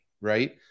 right